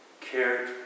cared